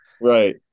Right